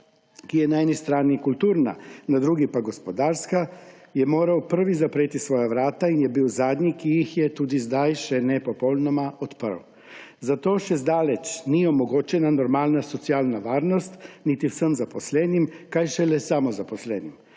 ki je na eni strani kulturna, na drugi pa gospodarska, je moral prvi zapreti svoja vrata in je bil zadnji, ki jih je tudi zdaj še ne popolnoma odprl. Zato še zdaleč ni omogočena normalna socialna varnost niti vsem zaposlenim, kaj šele samozaposlenim.